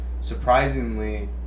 surprisingly